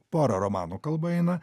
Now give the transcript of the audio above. porą romanų kalba eina